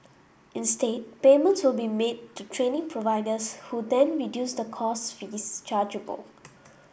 instead payments will be made to training providers who then reduce the course fees chargeable